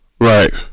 Right